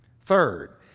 Third